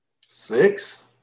six